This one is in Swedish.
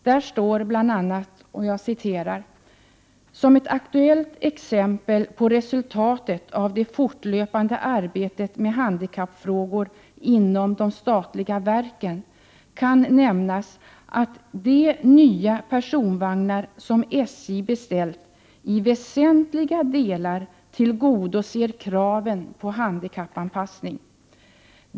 Där står bl.a.: ”som ett aktuellt exempel på resultatet av det fortlöpande arbetet med handikappfrågor inom de statliga verken kan nämnas, att de nya personvagnar, som SJ beställt, i väsentliga delar tillgodoser kraven på handikappanpassning.